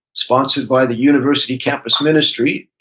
sponsored by the university campus ministry.